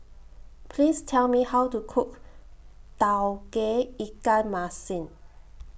Please Tell Me How to Cook Tauge Ikan Masin